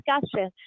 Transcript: discussion